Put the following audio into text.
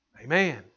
Amen